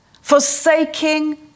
forsaking